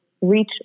reach